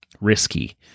risky